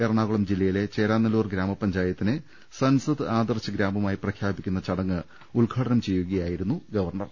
എറണാകുളം ജില്ലയിലെ ചേരാനല്ലൂർ ഗ്രാമപഞ്ചായത്തിനെ സൻസദ് ആദർശ് ഗ്രാമമായി പ്രഖ്യാപിക്കുന്ന ചടങ്ങ് ഉദ്ഘാടനം ചെയ്യുകയായിരുന്നു ഗവർണർ